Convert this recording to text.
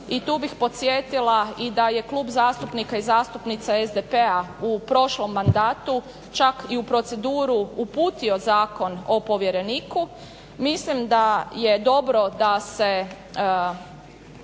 i tu bih podsjetila da je Klub zastupnika i zastupnica SDP-a u prošlom mandatu čak u proceduru uputio Zakon o povjereniku, mislim da je dobro da se